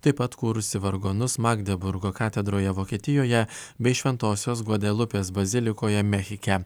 taip pat kūrusi vargonus magdeburgo katedroje vokietijoje bei šventosios gvadelupės bazilikoje mechike